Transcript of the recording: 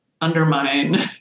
undermine